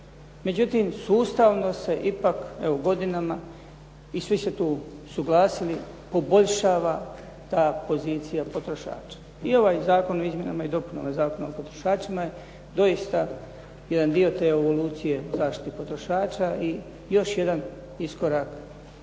Međutim, sustavno se ipak evo godinama i svi se tu suglasili poboljšava ta pozicija potrošača. I ovaj Zakon o izmjenama i dopunama Zakona o potrošačima je doista jedan dio te evolucije zaštite potrošača i još jedan iskorak